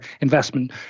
investment